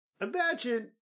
imagine